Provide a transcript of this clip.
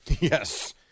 Yes